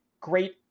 great